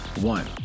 one